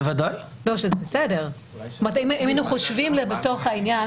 זאת אומרת אם היינו חושבים לצורך העניין